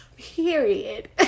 period